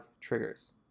triggers